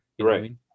Right